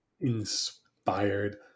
inspired